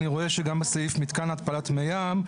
אני רואה שגם בסעיף מתקן להתפלת מי ים,